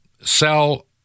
sell